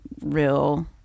real